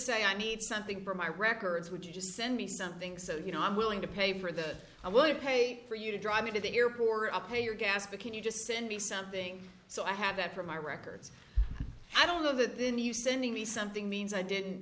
say i need something for my records would you just send me something so you know i'm willing to pay for that i will pay for you to drive me to the airport up pay your gas because you just send me something so i have that for my records i don't know that then you sending me something means i didn't